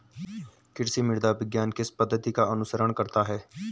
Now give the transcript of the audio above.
कृषि मृदा विज्ञान किस पद्धति का अनुसरण करता है?